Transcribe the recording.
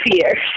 fear